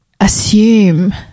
assume